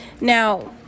Now